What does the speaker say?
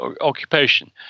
occupation